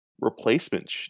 replacement